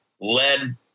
led